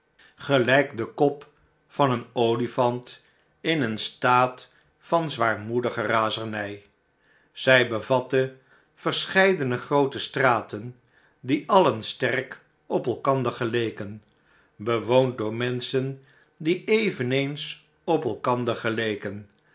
gelijk de kop van een olifantin een staat van zwaarmoedige razernij zij bevatte verscheidene groote straten die alien sterk op elkander geleken bewoond door menschen die eveneens op elkander geleken